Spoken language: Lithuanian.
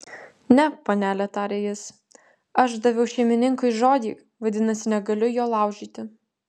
ne panele tarė jis aš daviau šeimininkui žodį vadinasi negaliu jo laužyti